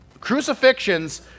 Crucifixions